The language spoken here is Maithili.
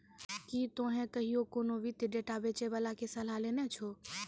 कि तोहें कहियो कोनो वित्तीय डेटा बेचै बाला के सलाह लेने छो?